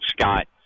Scott –